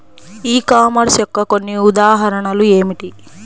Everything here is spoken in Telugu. ఈ కామర్స్ యొక్క కొన్ని ఉదాహరణలు ఏమిటి?